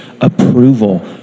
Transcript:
approval